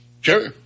Sure